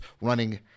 running